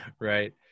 right